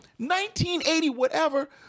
1980-whatever